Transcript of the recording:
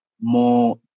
more